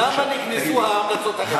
למה נגנזו ההמלצות האלה?